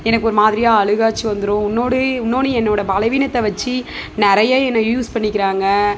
எனக்கு ஒரு மாதிரியாக அழுகாச்சி வந்துரும் உன்னோடு இன்னோன்னு என்னோடய பலவீனத்தை வச்சு நிறைய என்ன யூஸ் பண்ணிக்கிறாங்க